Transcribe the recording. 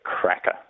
cracker